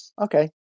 okay